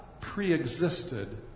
preexisted